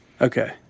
Okay